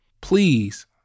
Please